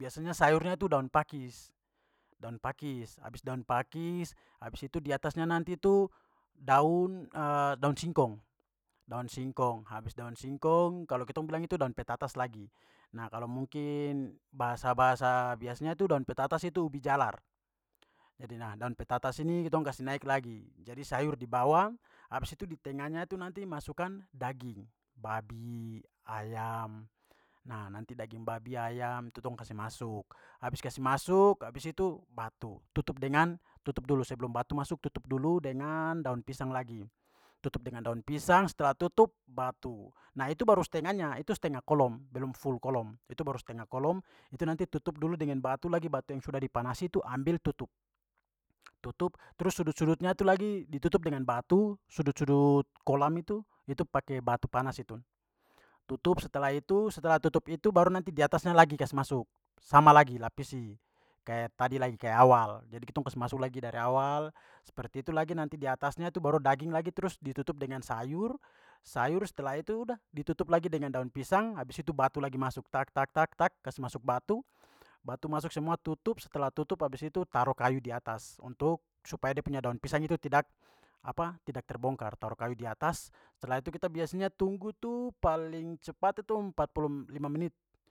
Biasanya sayurnya itu daun pakis- daun pakis. Abis daun pakis abis itu di atasnya nanti tu daun singkong- daun singkong. Habis daun singkong kalau kitong bilang itu daun petatas lagi. Nah, kalau mungkin bahasa-bahasa biasanya itu daun petatas itu ubi jalar. Jadi, nah, daun petatas ini kitong kasi naik lagi, jadi sayur di bawah. Abis itu di tengahnya tu nanti masukkan daging, babi, ayam. Nah, nanti daging babi, ayam tu tong kasi masuk. Habis kasih masuk abis itu batu. Tutup dengan- tutup dulu, sebelum batu masuk tutup dulu dengan daun pisang lagi. Tutup dengan daun pisang, setelah tutup, batu. Nah, itu baru setengahnya, itu setengah kolom, belum full kolom, itu baru setengah kolom, itu nanti tutup dulu dengan batu lagi. Batu yang sudah dipanasi tu ambil, tutup. Tutup, terus sudut-sudutnya tu lagi ditutup dengan batu, sudut-sudut kolam itu, itu pakai batu panas itu. Tutup, setelah itu, setelah tutup itu, baru nanti di atasnya lagi kasi masuk. Sama lagi, lapisi, kayak tadi lagi, kayak awal. Jadi kitong kasi masuk lagi dari awal. Seperti itu lagi. Nanti di atasnya itu baru daging lagi terus ditutup dengan sayur. Sayur, setelah itu, udah, ditutup lagi dengan daun pisang, abis itu batu lagi masuk, tak-tak-tak-tak kas masuk batu. Batu masuk semua, tutup. Setelah tutup abis itu taro kayu di atas untuk supaya dia punya daun pisang itu tidak tidak terbongkar. Taro kayu di atas. Setelah itu kita biasanya tunggu tu paling cepat itu empat puluh lima menit.